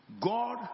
God